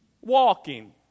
walking